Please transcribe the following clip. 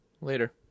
Later